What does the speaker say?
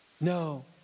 No